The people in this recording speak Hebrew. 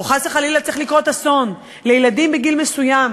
או שחס וחלילה צריך לקרות אסון לילדים בגיל מסוים